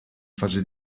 fase